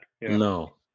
No